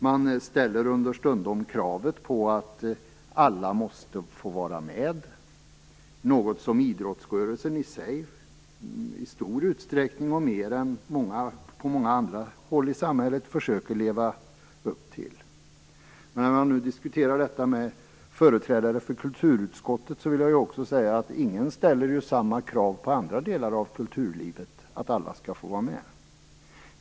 Man ställer understundom krav på att alla måste få vara med, något som idrottsrörelsen i sig i stor utsträckning och mer än många andra i samhället försöker leva upp till. När man nu diskuterar detta med företrädare för kulturutskottet vill jag också säga att ingen ställer samma krav om att alla skall få vara med på andra delar av kulturlivet.